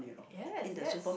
yes yes